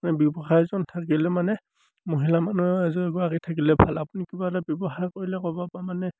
মানে ব্যৱসায় এজন থাকিলে মানে মহিলা মানুহে এযোৰ এগৰাকী থাকিলে ভাল আপুনি কিবা এটা ব্যৱসায় কৰিলে ক'ৰবাৰপৰা মানে